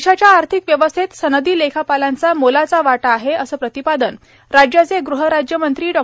देशाच्या आर्थिक व्यवस्थेत सनदी लेखापालांचा मोलाचा वाटा आहे अस प्रतिपादन राज्याचे गहराज्यमंत्री डॉ